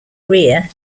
rear